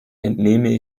entnehme